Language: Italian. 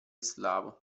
slavo